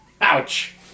Ouch